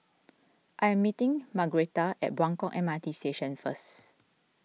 I am meeting Margretta at Buangkok M R T Station first